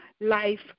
life